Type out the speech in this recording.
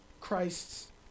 Christ's